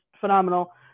phenomenal